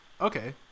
Okay